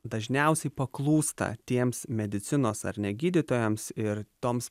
dažniausiai paklūsta tiems medicinos ar ne gydytojams ir toms